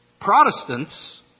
Protestants